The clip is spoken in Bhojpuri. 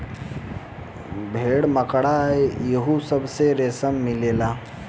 भेड़, मकड़ा इहो सब से रेसा मिलेला